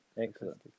Excellent